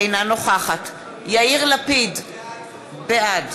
אינה נוכחת יאיר לפיד, בעד